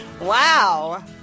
Wow